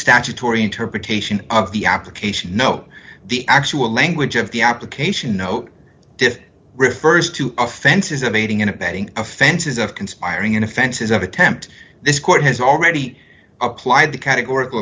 statutory interpretation of the application know the actual language of the application note defense refers to offenses of aiding and abetting offenses of conspiring in offenses of attempt this court has already applied to categor